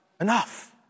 enough